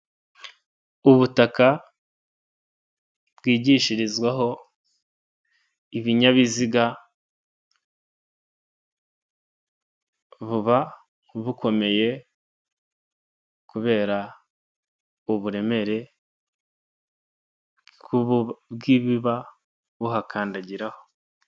Ubutaka bwigishirizwaho ibinyabiziga buba bukomeye kubera uburemere kubw'ibiba bihakandagiraho.